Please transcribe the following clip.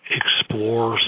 explore